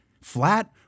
Flat